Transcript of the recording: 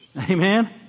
Amen